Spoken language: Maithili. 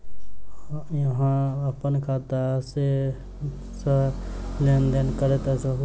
अहाँ अप्पन खाता मे सँ लेन देन करैत रहू?